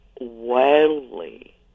wildly